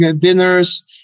dinners